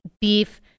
beef